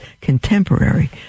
contemporary